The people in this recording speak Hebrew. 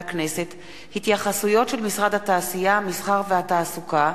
התייחסויות של משרד התעשייה, המסחר והתעסוקה